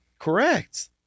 correct